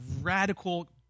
radical